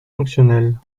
fonctionnelle